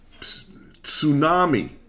tsunami